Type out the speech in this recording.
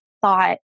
thought